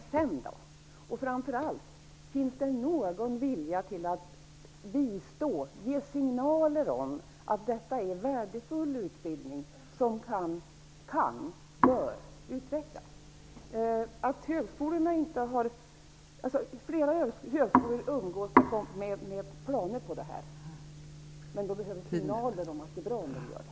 Framför allt undrar jag om det finns någon vilja till att ge signaler om att denna utbildning är värdefull och kan och bör utvecklas. Flera högskolor umgås med sådana planer, men de behöver signaler om att det är bra.